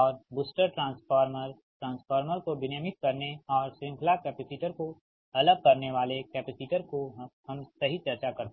और booster transformer transformer को विनियमित करने और श्रृंखला कैपेसिटर को अलग करने वाले कैपेसिटर को हम सही चर्चा करते हैं